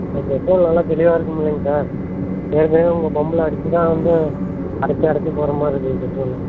sir petrol நல்லா தெளிவாக இருக்குமில்லிங்க சார் ஏற்கனவே உங்கள் பம்பில் அடித்து தான் வந்து அடைச்சு அடைச்சு போகிற மாதிரி இருக்குது பெட்ரோலு